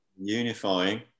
unifying